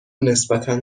نسبتا